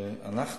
שאנחנו